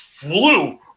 flew